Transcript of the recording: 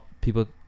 people